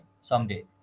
someday